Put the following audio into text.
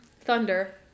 Thunder